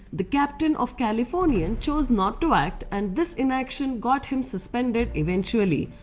the captain of californian chose not to act and this inaction got him suspended eventually.